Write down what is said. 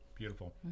beautiful